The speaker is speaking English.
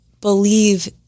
believe